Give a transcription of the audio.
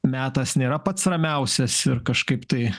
metas nėra pats ramiausias ir kažkaip tai